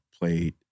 played